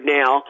now